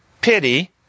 pity